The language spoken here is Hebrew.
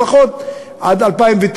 לפחות עד 2009,